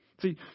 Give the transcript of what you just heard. See